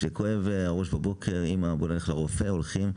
כשכואב הראש בבוקר אימא, בואי נלך לרופא, והולכים.